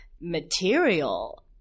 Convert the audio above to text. material